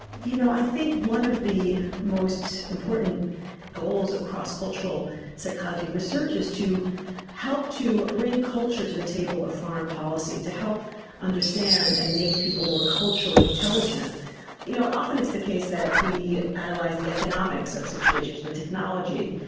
you know, i think one of the most important goals of cross-cultural psychology research is to help to bring culture to the table of foreign policy, to help understand and make people more culturally intelligent you know often it's the case that we and analyse the economics of situations, the technology,